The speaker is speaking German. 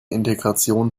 integration